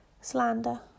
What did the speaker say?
slander